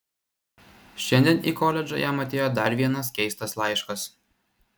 šiandien į koledžą jam atėjo dar vienas keistas laiškas